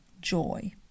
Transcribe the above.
joy